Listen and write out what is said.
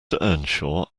earnshaw